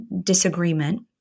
disagreement